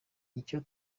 icyo